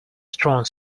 strong